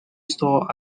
store